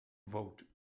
vote